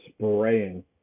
spraying